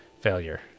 failure